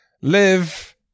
live